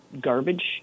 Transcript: garbage